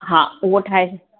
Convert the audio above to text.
हा उहो ठाहिजो